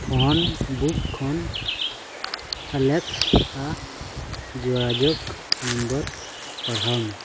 phone book ᱠᱷᱚᱱ Alexa ᱡᱳᱜᱟᱡᱳᱜᱽ number ᱯᱟᱲᱦᱟᱣᱢᱮ